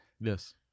Yes